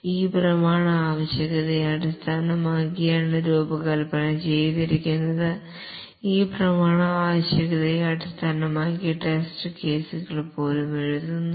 ഈ പ്രമാണ ആവശ്യകതയെ അടിസ്ഥാനമാക്കിയാണ് രൂപകൽപ്പന ചെയ്തിരിക്കുന്നത് ഈ പ്രമാണം ആവശ്യകതയെ അടിസ്ഥാനമാക്കി ടെസ്റ്റ് കേസുകൾ പോലും എഴുതുന്നു